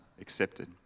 accepted